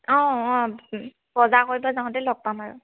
অঁ অঁ বজাৰ কৰিব যাওঁঁতে লগ পাম আৰু